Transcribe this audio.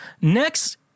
Next